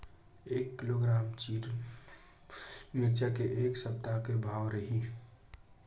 एक किलोग्राम मिरचा के ए सप्ता का भाव रहि?